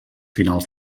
finals